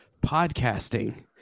podcasting